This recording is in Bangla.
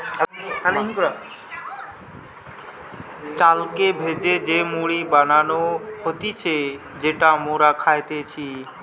চালকে ভেজে যে মুড়ি বানানো হতিছে যেটা মোরা খাইতেছি